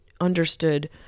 understood